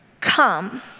come